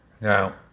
now